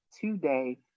today